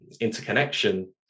interconnection